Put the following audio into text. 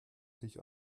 sich